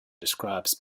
describes